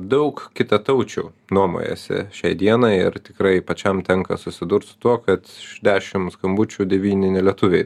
daug kitataučių nuomojasi šiai dienai ir tikrai pačiam tenka susidurt tuo kad dešim skambučių devyni nelietuviai